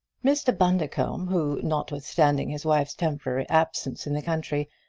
mr. bundercombe who, notwithstanding his wife's temporary absence in the country,